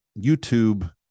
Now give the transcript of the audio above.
YouTube